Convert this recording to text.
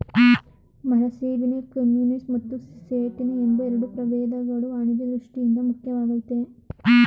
ಮರಸೇಬಿನ ಕಮ್ಯುನಿಸ್ ಮತ್ತು ಸೇಟಿನ ಎಂಬ ಎರಡು ಪ್ರಭೇದಗಳು ವಾಣಿಜ್ಯ ದೃಷ್ಠಿಯಿಂದ ಮುಖ್ಯವಾಗಯ್ತೆ